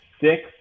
six